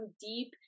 deep